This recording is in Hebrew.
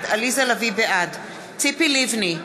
בעד ציפי לבני,